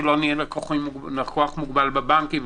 שלא נהיה לקוח מוגבל בבנקים,